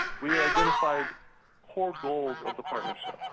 we identified core goals of the partnerships